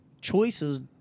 choices